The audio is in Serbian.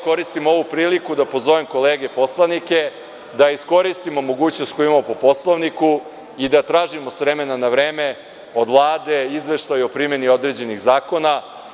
Koristim ovu priliku da pozovem kolege poslanike da iskoristimo mogućnost koju imamo po Poslovnikui da tražimo s vremena na vreme od Vlade izveštaj o primeni određenih zakona.